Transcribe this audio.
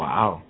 Wow